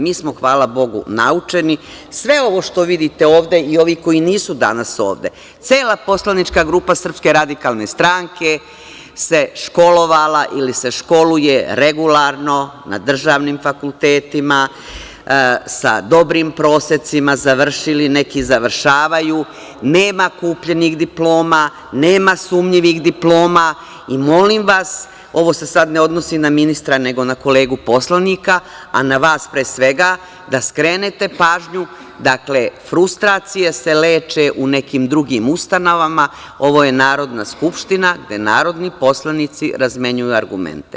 Mi smo, hvala Bogu naučeni, sve ovo što vidite ovde i ovih koji nisu danas ovde, cela poslanička grupa SRS se školovala, ili se školuje regularno na državnim fakultetima sa dobrim prosecima završili, neki završavaju, nema kupljenih diploma, nema sumnjivih diploma i molim vas, ovo se sad ne odnosi na ministra, nego na kolegu poslanika, a na vas, pre svega, da skrenete pažnju, dakle, frustracije se leče u nekim drugim ustanovama, ovo je Narodna skupština gde narodni poslanici razmenjuju argumente.